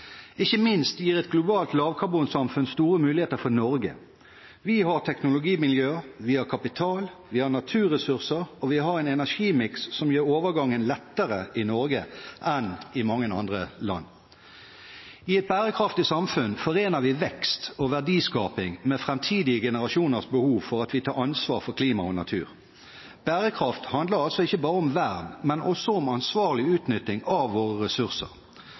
Ikke minst gir et globalt lavkarbonsamfunn store muligheter for Norge – vi har teknologimiljøer, vi har kapital, vi har naturressurser, og vi har en energimiks som gjør overgangen lettere i Norge enn i mange andre land. I et bærekraftig samfunn forener vi vekst og verdiskaping med framtidige generasjoners behov for at vi tar ansvar for klima og natur. Bærekraft handler altså ikke bare om vern, men også om ansvarlig utnytting av våre ressurser.